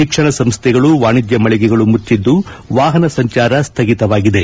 ಶಿಕ್ಷಣ ಸಂಸ್ಥೆಗಳು ವಾಣಿಜ್ಯ ಮಳೆಗೆಗಳು ಮುಚ್ಚಿದ್ದು ವಾಹನ ಸಂಚಾರ ಸ್ಥಗಿತವಾಗಿದೆ